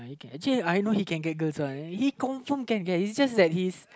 actually I know he can get girls one he confirm can can it's just that his